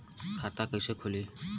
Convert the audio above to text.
खाता कइसे खुली?